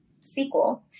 sequel